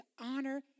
honor